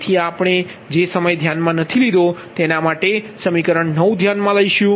તેથી આપણે જે સમય ધ્યાનમા નથી લીધો તેના માટે સમીકરણ 9 ધ્યાનમાં લઈશું